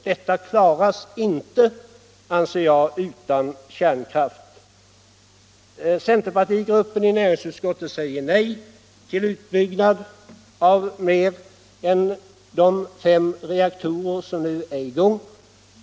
Jag anser att det inte kan klaras utan kärnkraft. Centerpartisterna i näringsutskottet säger nej till utbyggnad av mer än de fem reaktorer som nu är i gång.